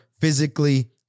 physically